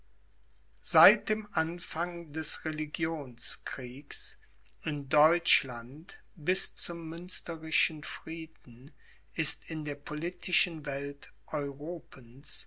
seit dem anfang des religionskriegs in deutschland bis zum münsterischen frieden ist in der politischen welt europens